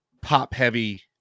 pop-heavy